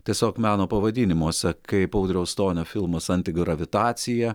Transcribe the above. tiesiog meno pavadinimuose kaip audriaus stonio filmas antigravitacija